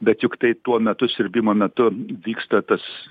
bet juk tai tuo metu siurbimo metu vyksta tas